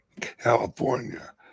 California